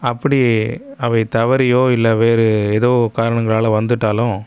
அப்படி அவை தவறியோ இல்லை வேறு ஏதோ காரணங்களால் வந்துட்டாலும்